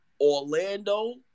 Orlando